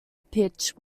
pitch